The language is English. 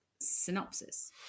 synopsis